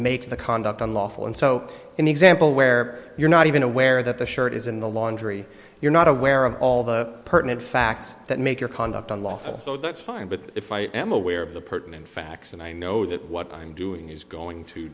makes the conduct unlawful and so an example where you're not even aware that the shirt is in the laundry you're not aware of all the pertinent facts that make your conduct unlawful so that's fine but if i am aware of the pertinent facts and i know that what i'm doing is going to